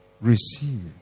receive